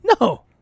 No